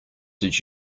did